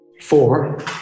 Four